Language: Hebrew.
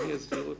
מי יסביר אותה?